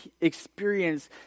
experience